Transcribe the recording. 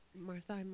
Martha